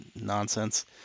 nonsense